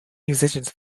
musicians